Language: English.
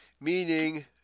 meaning